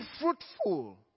fruitful